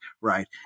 right